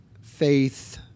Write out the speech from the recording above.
faith